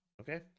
Okay